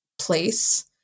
place